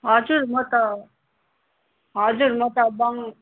हजुर म त हजुर म त बङ